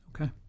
Okay